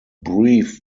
brief